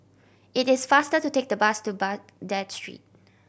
it is faster to take the bus to Baghdad Street